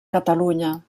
catalunya